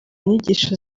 inyigisho